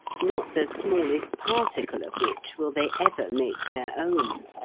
not the smallest particle of which will they ever make their own.